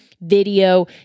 video